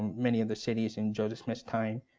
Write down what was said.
many of the cities in joseph smith's time.